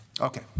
Okay